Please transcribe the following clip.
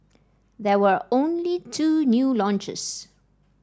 there were only two new launches